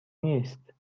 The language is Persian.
نیست